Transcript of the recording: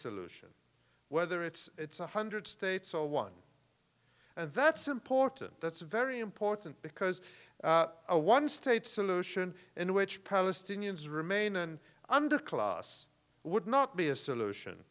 solution whether it's one hundred states or one and that's important that's very important because a one state solution in which palestinians remain an underclass would not be a solution